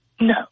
No